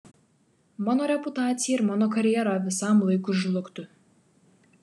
mano reputacija ir mano karjera visam laikui žlugtų